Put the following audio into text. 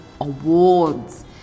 awards